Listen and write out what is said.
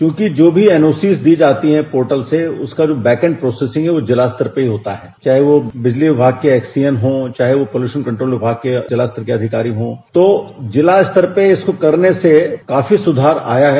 क्योंकि जो भी एनओसी दी जाती है पोर्टल से उसका जो वैकेड प्रोसेसिंग है वह जिला स्तर पर ही होता है चाहे वह बिजली विभाग के एक्सीएम हो चाहे वह कमीशन कंट्रोल विभाग के जिलास्तरीय अधिकारी हो तो जिला स्तर में इसको करने से काफी सुधार आया है